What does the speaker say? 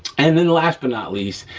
and then, last but not least,